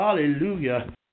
Hallelujah